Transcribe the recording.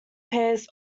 pairs